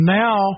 now